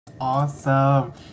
Awesome